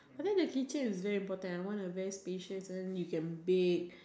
I think the kitchen is very important I want a very spacious and then you can bake